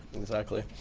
exactly.